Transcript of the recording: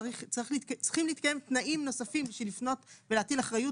צריכים להתקיים תנאים נוספים כדי לפנות ולהטיל אחריות